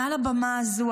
מעל הבמה הזו,